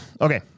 okay